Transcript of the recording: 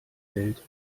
welt